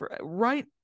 right